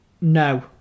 no